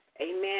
amen